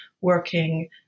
working